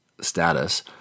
status